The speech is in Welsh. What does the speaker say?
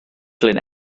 glyn